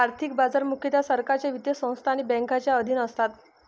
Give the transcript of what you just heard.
आर्थिक बाजार मुख्यतः सरकारच्या वित्तीय संस्था आणि बँकांच्या अधीन असतात